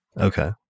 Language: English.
Okay